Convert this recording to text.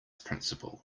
principal